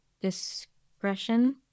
Discretion